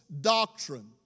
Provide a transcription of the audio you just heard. doctrine